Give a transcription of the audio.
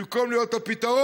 במקום להיות הפתרון,